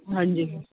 ਹਾਂਜੀ